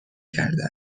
کرده